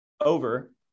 over